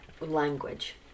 language